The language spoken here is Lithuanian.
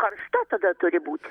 karšta tada turi būti